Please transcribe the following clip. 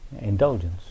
indulgence